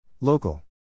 Local